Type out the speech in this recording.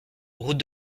route